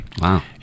Wow